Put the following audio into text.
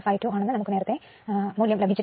52 ആണെന്ന് ലഭിച്ചിട്ടുണ്ട്